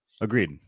Agreed